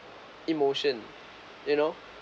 emotion you know